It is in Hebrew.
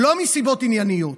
לא מסיבות ענייניות.